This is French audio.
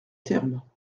terme